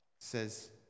says